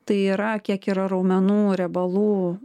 tai yra kiek yra raumenų riebalų